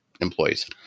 employees